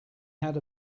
had